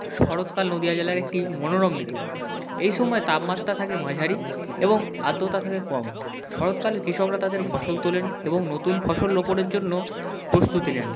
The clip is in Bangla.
শরৎকাল নদীয়া জেলার একটি মনোরম ঋতু এই সময় তাপমাত্রা থাকে মাঝারি এবং আর্দ্রতা থাকে কম শরৎকালে কৃষকরা তাদের ফসল তোলেন এবং নতুন ফসল রোপণের জন্য প্রস্তুতি নেন